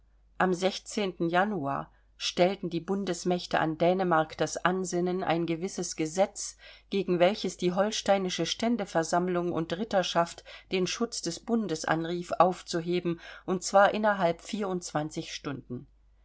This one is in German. am januar stellten die bundesmächte an dänemark das ansinnen ein gewisses gesetz gegen welches die holsteinische ständeversammlung und ritterschaft den schutz des bundes anrief aufzuheben und zwar innerhalb vierundzwanzig stunden